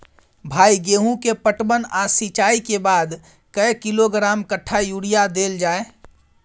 भाई गेहूं के पटवन आ सिंचाई के बाद कैए किलोग्राम कट्ठा यूरिया देल जाय?